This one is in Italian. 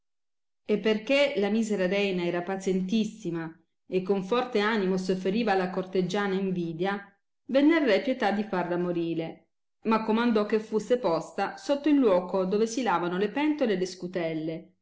e per che la misera reina era pazientissima e con forte animo sofferiva la corteggiana invidia venne al re pietà di farla morire ma comandò che fusse posta sotto il luoco dove si lavano le pentole e le scutelle